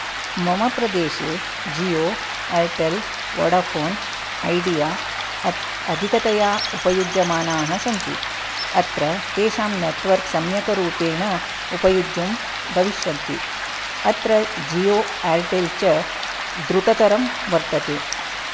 मम प्रदेशे जियो एर्टेल् वोडाफ़ोन् ऐडिया अत्यधिकतया उपयुज्यमानाः सन्ति अत्र तेषां नेट्वर्क् सम्यक् रूपेण उपयुज्यं भविष्यन्ति अत्र जियो एर्टेल् च द्रुततरं वर्तते